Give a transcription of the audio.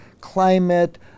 climate